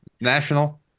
national